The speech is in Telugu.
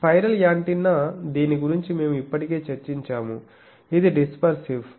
స్పైరల్ యాంటెన్నా దీని గురించి మేము ఇప్పటికే చర్చించాము ఇది డిస్పర్సివ్